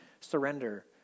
surrender